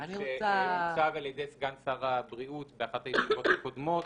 זה סעיף שהוצג על-ידי סגן שר הבריאות באחת הישיבות הקודמות